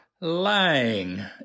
lying